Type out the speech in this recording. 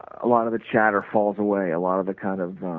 a lot of the chatter falls away, a lot of the kind of